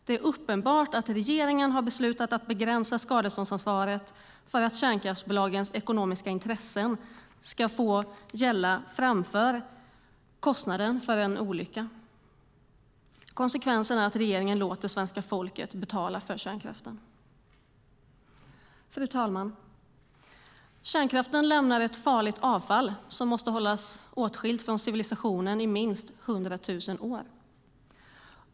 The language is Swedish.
Det är uppenbart att regeringen har beslutat att begränsa skadeståndsansvaret för att kärnkraftsbolagens ekonomiska intressen ska gå före kostnaden för en olycka. Konsekvensen är att regeringen låter svenska folket betala för kärnkraften. Fru talman! Kärnkraften lämnar ett farligt avfall som måste hållas åtskilt från civilisationen i minst 100 000 år.